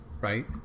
right